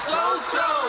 So-so